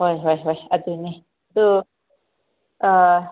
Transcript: ꯍꯣꯏ ꯍꯣꯏ ꯍꯣꯏ ꯑꯗꯨꯅꯤ ꯑꯗꯨ